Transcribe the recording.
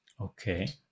Okay